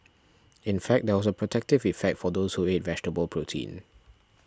in fact there was a protective effect for those who ate vegetable protein